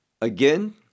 again